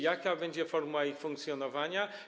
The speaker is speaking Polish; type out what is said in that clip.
Jaka będzie formuła ich funkcjonowania?